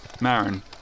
Marin